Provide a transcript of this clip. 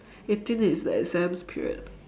eighteen is the exams period